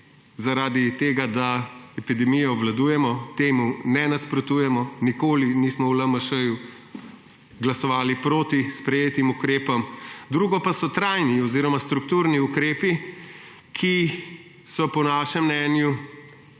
zaradi tega, da epidemijo obvladujejo. Temu ne nasprotujemo, nikoli nismo v LMŠ glasovali proti sprejetim ukrepom. Drugo pa so trajni oziroma strukturni ukrepi, ki so po našem mnenju